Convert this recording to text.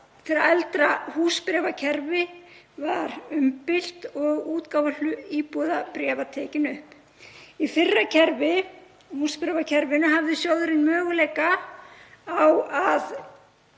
þegar eldra húsbréfakerfi var umbylt og útgáfa íbúðabréfa tekin upp. Í fyrra kerfi (húsbréfakerfinu) hafði sjóðurinn möguleika á að